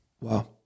Wow